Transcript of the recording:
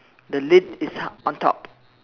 the lid is ha~ on top